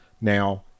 Now